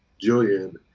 Julian